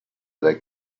dai